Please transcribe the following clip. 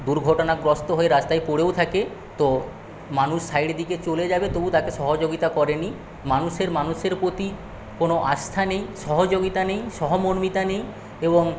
দুর্ঘটনাগ্রস্ত হয়ে রাস্তায় পড়েও থাকে তো মানুষ সাইড দিয়ে চলে যাবে তবুও তাকে সহযোগিতা করেনি মানুষ মানুষের প্রতি কোন আস্থা নেই সহযোগিতা নেই সহমর্মিতা নেই এবং